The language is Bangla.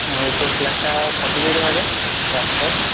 হুম তো ফ্ল্যাটটা কতদূরে হবে রাস্তার